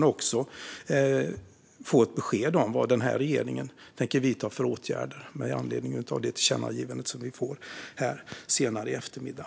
Jag vill också få ett besked om vad regeringen tänker vidta för åtgärder med anledning av det tillkännagivande vi får här senare i eftermiddag.